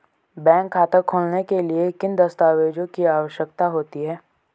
Bank खाता खोलने के लिए किन दस्तावेज़ों की आवश्यकता होती है?